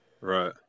Right